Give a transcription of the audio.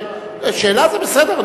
שאלה זה בסדר,